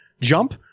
jump